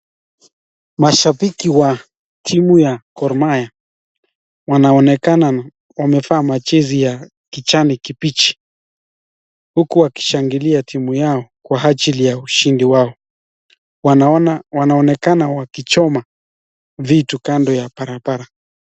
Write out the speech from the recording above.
Mahabiki wa timu ya Gor Mahia wanaonekana wamevaa jezi ya kijani kibichi huku wakishangilia timu yao kwa ajili ya ushindi wao. Wanaonekana wakichoma vitu kando ya barabara.